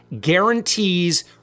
guarantees